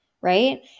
right